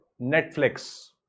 Netflix